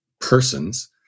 persons